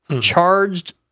charged